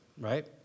right